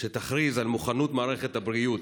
שתכריז על מוכנות מערכת הבריאות,